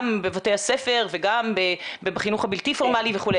בבתי הספר וגם בחינוך הבלתי פורמלי וכו',